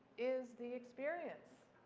is the experience,